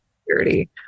security